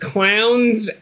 Clowns